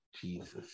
Jesus